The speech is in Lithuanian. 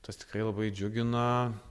tas tikrai labai džiugina